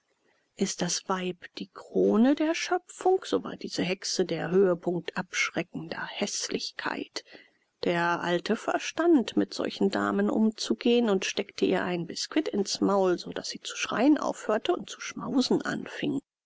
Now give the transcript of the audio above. ist das weib die krone der schöpfung so war diese hexe der höhepunkt abschreckender häßlichkeit der alte verstand mit solchen damen umzugehen und steckte ihr einen biskuit ins maul so daß sie zu schreien aufhörte und zu schmausen anfing